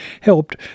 helped